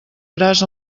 gras